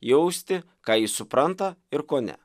jausti ką jis supranta ir ko ne